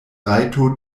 rajto